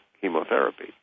chemotherapy